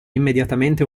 immediatamente